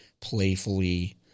playfully